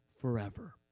forever